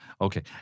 Okay